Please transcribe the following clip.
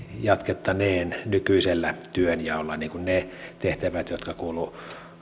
me jatkanemme nykyisellä työnjaolla eli ne tehtävät jotka kuuluivat